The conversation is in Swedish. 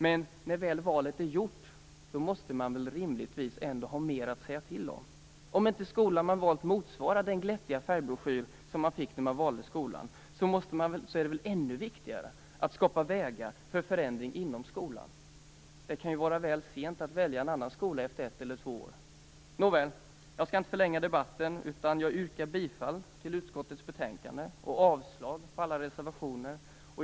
Men när väl valet är gjort måste man väl rimligtvis ändå ha mer att säga till om? Om inte skolan man valt motsvarar den glättiga färgbroschyr man fick när man valde skolan, är det väl ännu viktigare att det skapas vägar för förändring inom skolan? Det kan vara väl sent att välja en annan skola efter ett eller två år. Jag skall inte förlänga debatten utan yrkar bifall till utskottets hemställan och avslag på alla reservationer.